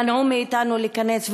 מנעו מאתנו להיכנס,